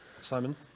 Simon